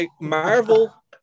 Marvel